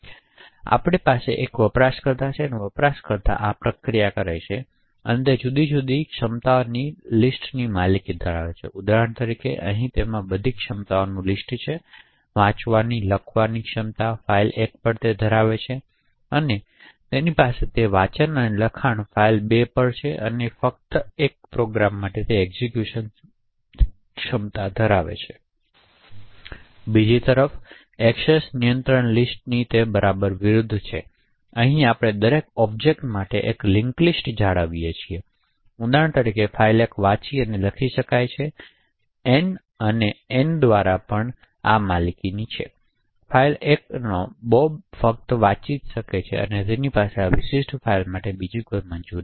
તેથી આપણી પાસે એક વપરાશકર્તા છે અને આ વપરાશકર્તા આ પ્રક્રિયા કરે છે તે બધી જુદી જુદી ક્ષમતાઓની લિસ્ટની માલિકી ધરાવે છે તેથી ઉદાહરણ તરીકે અહીં અને તેમાં બધી ક્ષમતાઓની લિસ્ટ છે અને માટે વાંચવાની અને લખવાની ક્ષમતા ફાઇલ 1 ધરાવે છે તેણી પાસે વાંચન છે અને લખાણ ફાઇલ 2 માટેની અને ફક્ત 1 પ્રોગ્રામ માટેની એક્ઝિક્યુટ ક્ષમતા જ બીજી તરફ એક્સેસ નિયંત્રણ લિસ્ટ બરાબર વિરુદ્ધ છે અહીં આપણે દરેક ઑબ્જેક્ટ માટે એક લિંક્સ લિસ્ટ જાળવીએ છીએ ઉદાહરણ તરીકે ફાઇલ 1 વાંચી અને લખી શકાય છે એન અને એન દ્વારા પણ આમાલિક છે ફાઇલ 1 નો અને બોબ ફક્ત ફાઇલ વાંચી શકે છે તેમની પાસે આ વિશિષ્ટ ફાઇલ માટેની બીજી કોઈ મંજૂરી નથી